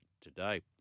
today